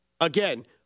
Again